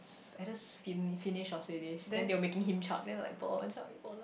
S~ either Fin~ Finnish or Swedish then they were making him chug then like chug